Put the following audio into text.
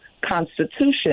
Constitution